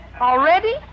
Already